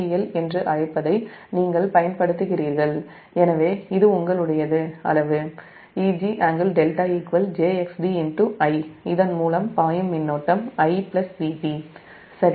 L என்று அழைப்பதை நீங்கள் பயன்படுத்துகிறீர்கள் எனவே இது உங்களுடையது அளவு Eg∟δ jxd I இதன் மூலம் பாயும் மின்னோட்டம் I Vt சரி